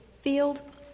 Field